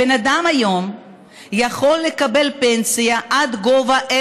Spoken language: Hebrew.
הבן-אדם היום יכול לקבל פנסיה עד גובה של